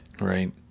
Right